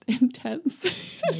intense